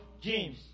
James